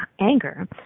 anger